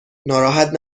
ناراحت